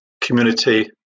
community